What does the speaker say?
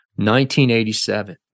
1987